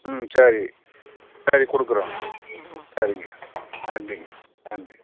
ம் சரி சரி கொடுக்குறோம்ங்க சரிங்க நன்றிங்க நன்றி